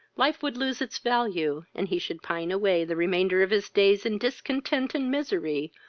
life would lose its value, and he should pine away the remainder of his days in discontent and misery,